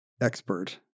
expert